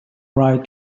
right